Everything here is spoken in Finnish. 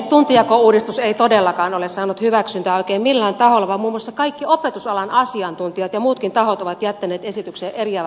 tuntijakouudistus ei todellakaan ole saanut hyväksyntää oikein millään taholla vaan muun muassa kaikki opetusalan asiantuntijat ja muutkin tahot ovat jättäneet esitykseen eriävät lausunnot